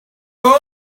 home